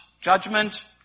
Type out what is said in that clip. judgment